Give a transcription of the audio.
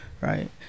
Right